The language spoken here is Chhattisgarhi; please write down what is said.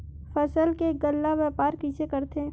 फसल के गल्ला व्यापार कइसे करथे?